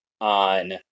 on